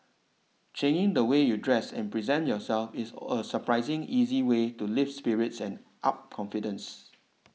changing the way you dress and present yourself is all a surprising easy way to lift spirits and up confidence